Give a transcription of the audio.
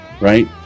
right